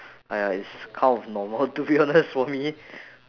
!aiya! it's kind of normal to be honest for me